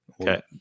okay